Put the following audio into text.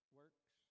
works